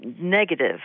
negative